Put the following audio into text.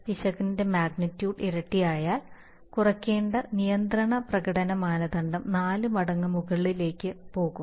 പിശക് മാഗ്നിറ്റ്യൂഡ് ഇരട്ടിയായാൽ കുറയ്ക്കേണ്ട നിയന്ത്രണ പ്രകടന മാനദണ്ഡം നാല് മടങ്ങ് മുകളിലേക്ക് പോകും